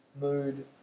Mood